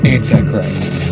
Antichrist